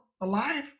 alive